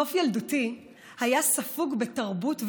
נוף ילדותי היה ספוג בתרבות ובאומנות: